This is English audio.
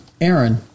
Aaron